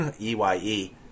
E-Y-E